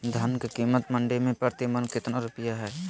धान के कीमत मंडी में प्रति मन कितना रुपया हाय?